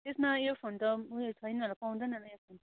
त्यसमा इयरफोन त उयो छैन होला पाउँदैन होला इयरफोन